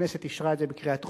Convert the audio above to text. הכנסת אישרה את זה בקריאה טרומית,